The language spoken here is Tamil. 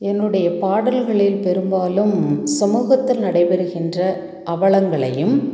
என்னுடைய பாடல்களில் பெரும்பாலும் சமூகத்தில் நடைபெறுகின்ற அவலங்களையும்